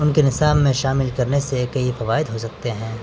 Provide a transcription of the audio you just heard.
ان کے نصاب میں شامل کرنے سے کئی فوائد ہو سکتے ہیں